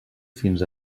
fins